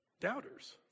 doubters